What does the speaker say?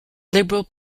liberal